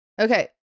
Okay